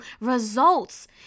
results